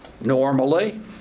normally